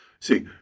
see